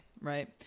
right